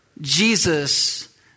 Jesus